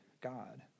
God